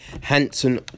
Hanson